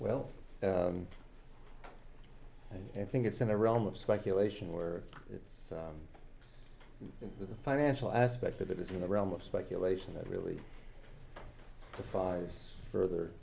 well and i think it's in the realm of speculation where the financial aspect of it is in the realm of speculation that really the size further